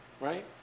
Right